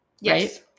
Yes